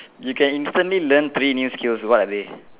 you can instantly learn three new sills what are they